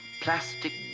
plastic